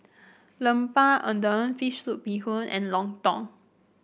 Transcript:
Lemper Udang fish soup Bee Hoon and lontong